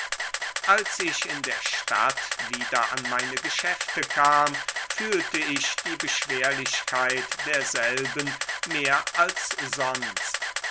als ich in der stadt wieder an meine geschäfte kam fühlte ich die beschwerlichkeit derselben mehr als sonst